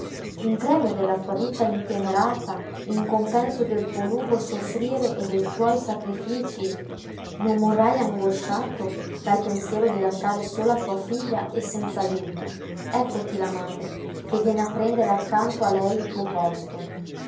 in premio della tua vita intemerata in compenso del tuo lungo soffrire e dei tuoi sacrificii non morrai angosciato dal pensiero di lasciare sola tua figlia e senz'ajuto eccoti la madre che viene a prendere accanto a lei il tuo posto